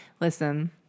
Listen